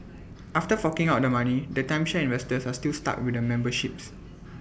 after forking out the money the timeshare investors are still stuck with the memberships